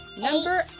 Number